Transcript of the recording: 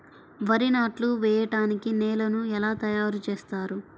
వరి నాట్లు వేయటానికి నేలను ఎలా తయారు చేస్తారు?